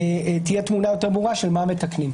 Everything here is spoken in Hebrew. לאחרי שתהיה תמונה יותר ברורה של מה מתקנים.